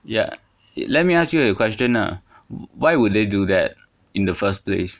ya let me ask you a question ah why would they do that in the first place